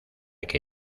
que